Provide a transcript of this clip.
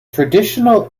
traditional